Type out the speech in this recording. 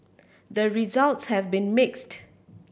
the results have been mixed